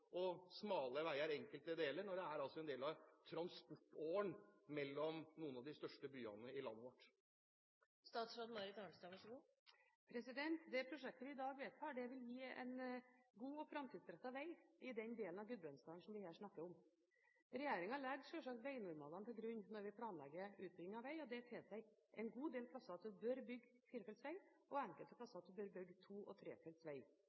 og smale veier enkelte steder, når det er en del av transportåren mellom noen av de største byene i landet vårt? Det prosjektet vi i dag vedtar, vil gi en god og framtidsrettet veg i den delen av Gudbrandsdalen som vi her snakker om. Regjeringen legger sjølsagt vegnormalene til grunn når vi planlegger utbygging av vei, og det tilsier at det en god del steder bør bygges firefelts vei, og at en enkelte steder bør bygge to- og trefelts